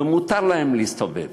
ומותר להם להסתובב.